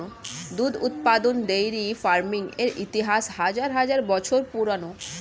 দুধ উৎপাদন dairy farming এর ইতিহাস হাজার হাজার বছর পুরানো